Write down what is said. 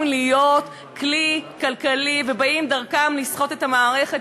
להיות כלי כלכלי ובאים דרכם לסחוט את המערכת,